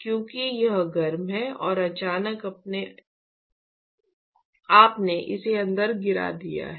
क्योंकि यह गर्म है और अचानक आपने इसे अंदर गिरा दिया है